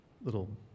little